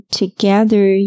together